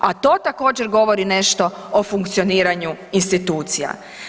A to također govori nešto o funkcioniranju institucija.